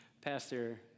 Pastor